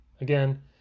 again